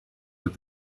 with